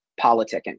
politicking